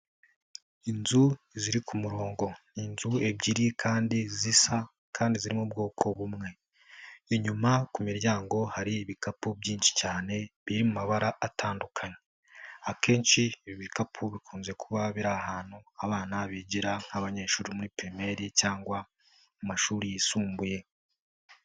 Inzu ziri ku murongo. Inzu ebyiri kandi zisa kandi ziri mu bwoko bumwe. Inyuma ku miryango hari ibikapu byinshi cyane, biri mabara atandukanye. Akenshi ibi bikapu bikunze kuba biri ahantu abana bigira nk'abanyeshuri muri pirimeri cyangwa, mu mashuri yisumbuye.